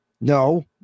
No